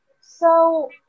So-